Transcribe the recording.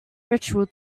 ritual